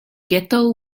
ghetto